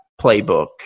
playbook